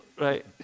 right